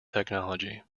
technology